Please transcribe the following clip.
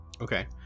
Okay